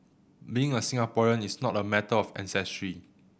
being a Singaporean is not a matter of ancestry